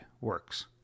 works